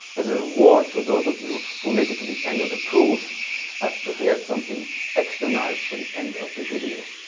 as a reward for those of you who make it to the end of the proof i've prepared something extra nice for the end of the video.